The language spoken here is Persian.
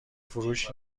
فروش